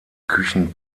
küchen